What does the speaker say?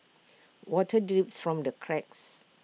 water drips from the cracks